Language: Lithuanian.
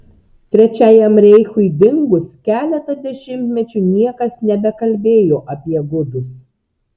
trečiajam reichui dingus keletą dešimtmečių niekas nebekalbėjo apie gudus